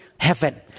heaven